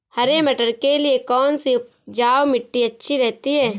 हरे मटर के लिए कौन सी उपजाऊ मिट्टी अच्छी रहती है?